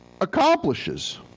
accomplishes